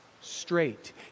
straight